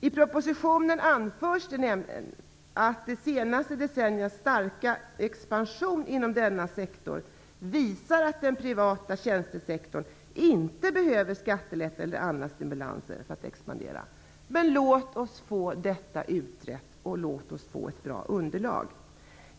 I propositionen anförs att de senaste decenniernas starka expansion inom denna sektor visar att den privata tjänstesektorn inte behöver skattelättnader eller andra stimulanser för att expandera, men låt oss få detta utrett, och låt oss få ett bra underlag.